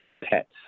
pets